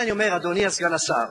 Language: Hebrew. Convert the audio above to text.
לכן אני אומר, אדוני סגן השר,